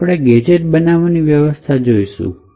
હવે આપણે ગેજેટ્સ બનાવાના વ્યવસ્થા જોઈશું